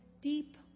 deep